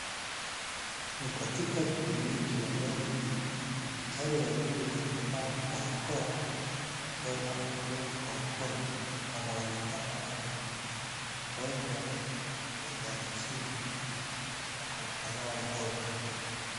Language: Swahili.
Ni katika kliniki ya meno, daktari wawili waliovaa mabarakoa kwa mdomo na glovu kwa mkono, wanaonekana wakimhudumia mgonjwa aliyelala chini na kupanua mdomo.